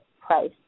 price